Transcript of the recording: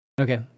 Okay